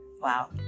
wow